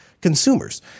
consumers